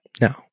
No